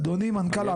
אדוני מנכ"ל עמותה.